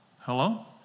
hello